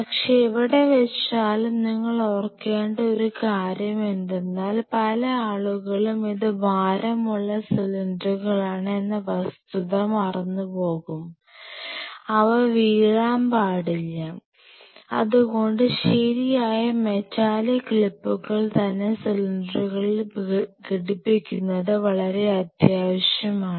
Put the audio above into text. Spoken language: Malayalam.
പക്ഷേ എവിടെ വച്ചാലും നിങ്ങൾ ഓർക്കേണ്ട ഒരു കാര്യം എന്തെന്നാൽ പല ആളുകളും ഇത് ഭാരമുള്ള സിലിണ്ടറുകളാണ് എന്ന വസ്തുത മറന്നു പോകും അവ വീഴാൻ പാടില്ല അതുകൊണ്ട് ശരിയായ മെറ്റാലിക് ക്ലിപ്പുകൾ തന്നെ സിലിണ്ടറുകളിൽ ഘടിപ്പിക്കുന്നത് വളരെ അത്യാവശ്യമാണ്